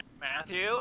Matthew